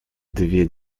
две